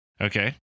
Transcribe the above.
okay